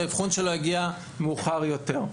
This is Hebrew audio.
שהאבחון שלו הגיע מאוחר יותר.